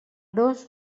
dos